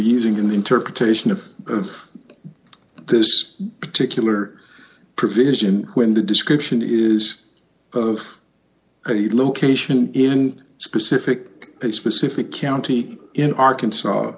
using in the interpretation of of this particular provision when the description is of a location in specific a specific county in arkansas